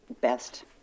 best